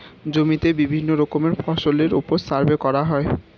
জমিতে বিভিন্ন রকমের ফসলের উপর সার্ভে করা হয়